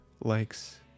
likes